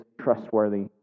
trustworthy